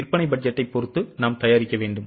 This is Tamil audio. விற்பனை பட்ஜெட்டைப் பொறுத்து நாம் தயாரிக்க வேண்டும்